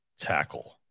tackle